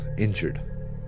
injured